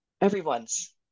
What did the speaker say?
everyone's